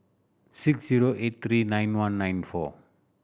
six zero eight three nine one nine four